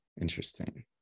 Interesting